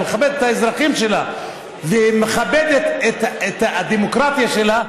מכבדת את האזרחים שלה ומכבדת את הדמוקרטיה שלה,